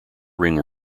ring